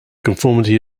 conformity